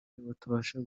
batabasha